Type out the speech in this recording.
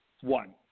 One